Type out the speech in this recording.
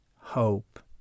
hope